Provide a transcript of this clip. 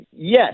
Yes